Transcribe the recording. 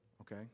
Okay